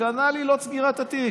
כנ"ל עילות סגירת התיק.